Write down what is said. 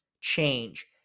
change